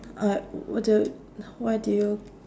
uh what do yo~ why did you